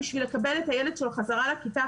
כדי לקבל את הילד שלו בחזרה לכיתה,